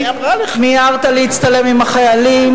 מיהרת להצטלם עם החיילים,